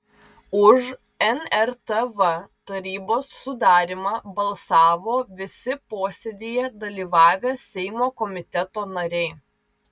už nrtv tarybos sudarymą balsavo visi posėdyje dalyvavę seimo komiteto nariai